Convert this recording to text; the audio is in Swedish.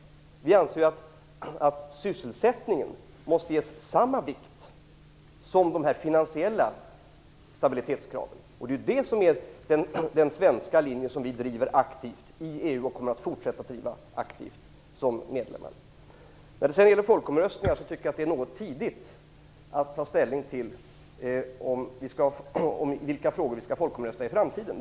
Vi anser att sysselsättningen måste få samma vikt som de finansiella stabilitetskraven. Detta är den svenska linjen som vi driver och fortsättningsvis kommer att driva aktivt som medlem i Jag tycker att det är något tidigt att nu ta ställning till i vilka frågor vi skall ha folkomröstningar i framtiden.